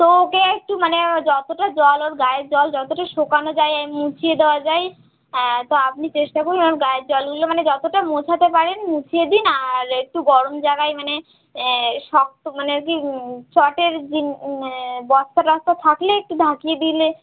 তো ওকে একটু মানে যতটা জল ওর গায়ের জল যতটা শোকানো যায় এই মুছিয়ে দেওয়া যায় তো আপনি চেষ্টা করুন ওর গায়ের জলগুলো মানে যতটা মোছাতে পারেন মুছিয়ে দিন আর একটু গরম জাগায় মানে শক্ত মানে আর কি চটের জিনি মানে বস্তা টস্তা থাকলে একটু ঢাকিয়ে দিলে